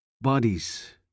Bodies